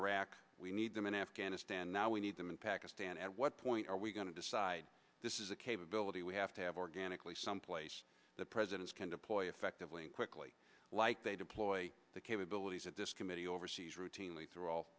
iraq we need them in afghanistan now we need them in pakistan at what point are we going to decide this is a capability we have to have organically someplace that presidents can deploy effectively and quickly like they deploy the capabilities of this committee oversees routinely through all